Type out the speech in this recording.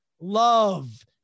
love